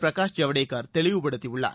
பிரகாஷ் ஜவடேகர் தெளிவுபடுத்தியுள்ளார்